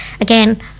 Again